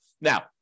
Now